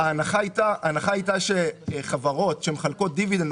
ההנחה הייתה שחברות שמחלקות דיבידנד,